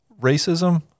racism